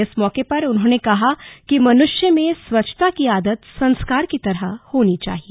इस मौके पर उन्होंने कहा कि मनुष्य में स्वच्छता की आदत संस्कार की तरह होनी चाहिए